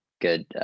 good